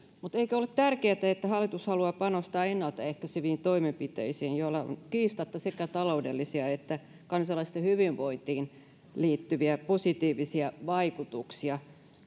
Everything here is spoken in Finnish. mutta eikö ole tärkeätä että hallitus haluaa panostaa ennalta ehkäiseviin toimenpiteisiin joilla on kiistatta sekä taloudellisia että kansalaisten hyvinvointiin liittyviä positiivisia vaikutuksia